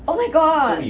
oh my god